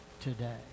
today